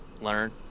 learn